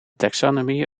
taxonomy